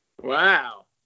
Wow